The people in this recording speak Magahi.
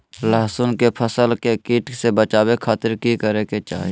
लहसुन के फसल के कीट से बचावे खातिर की करे के चाही?